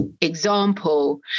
example